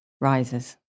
rises